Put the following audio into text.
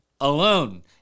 alone